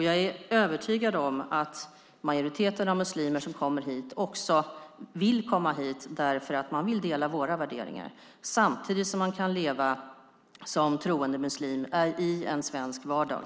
Jag är övertygad om att majoriteten av de muslimer som kommer hit vill dela våra värderingar samtidigt som man kan leva som troende muslim i en svensk vardag.